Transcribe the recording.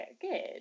good